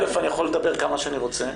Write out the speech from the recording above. א', אני יכול לדבר כמה שאני רוצה.